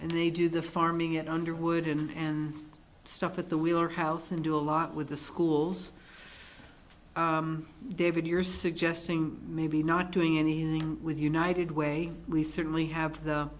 and they do the farming at underwood and and stuff at the wheeler house and do a lot with the schools david you're suggesting maybe not doing anything with united way we certainly have the